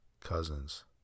cousins